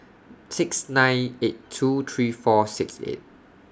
six nine eight two three four six eight